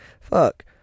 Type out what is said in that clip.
fuck